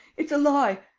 it's a lie.